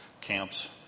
camps